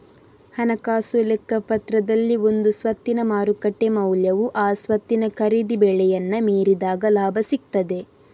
ಹಣಕಾಸು ಲೆಕ್ಕಪತ್ರದಲ್ಲಿ ಒಂದು ಸ್ವತ್ತಿನ ಮಾರುಕಟ್ಟೆ ಮೌಲ್ಯವು ಆ ಸ್ವತ್ತಿನ ಖರೀದಿ ಬೆಲೆಯನ್ನ ಮೀರಿದಾಗ ಲಾಭ ಸಿಗ್ತದೆ